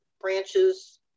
branches